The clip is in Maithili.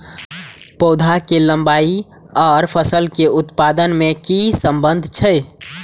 पौधा के लंबाई आर फसल के उत्पादन में कि सम्बन्ध छे?